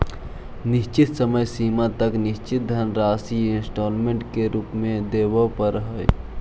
निश्चित समय सीमा तक निश्चित धनराशि इंस्टॉलमेंट के रूप में वेदे परऽ हई